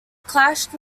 clashed